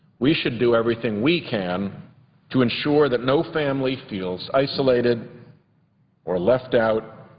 we should do everything we can to ensure that no family feels isolated or left out